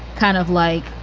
kind of like,